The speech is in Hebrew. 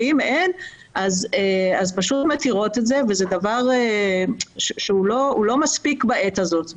ואם אין פשוט מתירים את זה וזה דבר שהוא לא מספיק בעת הזאת.